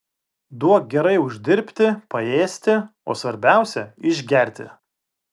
duok gerai uždirbti paėsti o svarbiausia išgerti